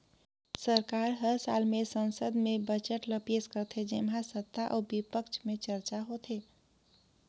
सरकार हर साल में संसद में बजट ल पेस करथे जेम्हां सत्ता अउ बिपक्छ में चरचा होथे